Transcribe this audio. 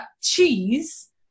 cheese